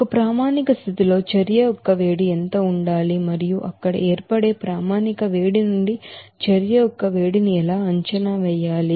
ఒక standard condition లో చర్య యొక్క వేడి ఎంత ఉండాలి మరియు అక్కడ ఏర్పడే స్టాండర్డ్ హీట్ నుండి చర్య యొక్క వేడిని ఎలా అంచనా వేయాలి